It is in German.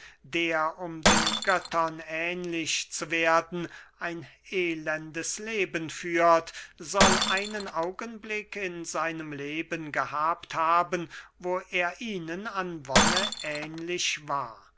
der um den göttern ähnlich zu werden ein elendes leben führt soll einen augenblick in seinem leben gehabt haben wo er ihnen an wonne ähnlich war